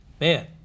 man